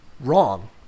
wrong